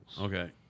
okay